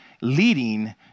leading